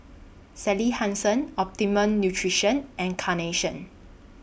Sally Hansen Optimum Nutrition and Carnation